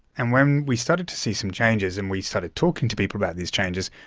and when we started to see some changes and we started talking to people about these changes,